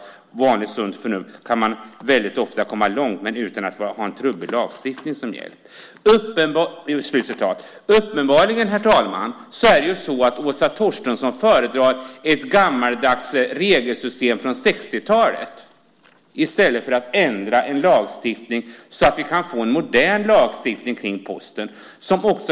Med vanligt sunt förnuft kan man väldigt ofta komma långt utan att ha en trubbig lagstiftning. Uppenbarligen, herr talman, är det så att Åsa Torstensson föredrar ett gammaldags regelsystem från 60-talet i stället för att ändra en lagstiftning så att vi kan få modern lagstiftning för Posten.